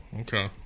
Okay